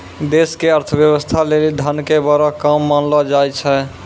देश के अर्थव्यवस्था लेली धन के बड़ो काम मानलो जाय छै